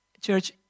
church